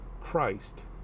Christ